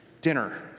dinner